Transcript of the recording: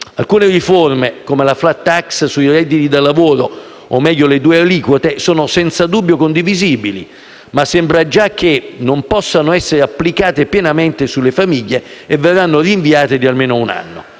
Alcune riforme, come la *flat tax* sui redditi da lavoro, o meglio le due aliquote, sono senza dubbio condivisibili, ma sembra già che non possano essere applicate pienamente sulle famiglie e verranno rinviate di almeno un anno.